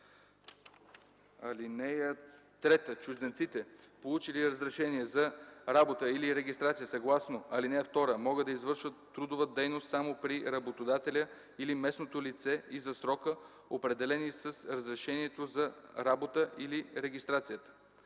(3) Чужденците, получили разрешение за работа или регистрация съгласно ал. 2, могат да извършват трудова дейност само при работодателя или местното лице и за срока, определени с разрешението за работа или регистрацията.”